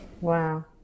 Wow